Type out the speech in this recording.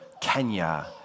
Kenya